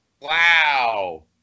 Wow